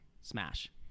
smash